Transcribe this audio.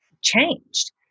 changed